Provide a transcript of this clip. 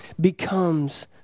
becomes